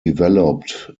developed